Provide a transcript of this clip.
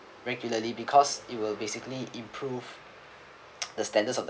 regularly because it will basically improve the standards of th~